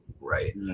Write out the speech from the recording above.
right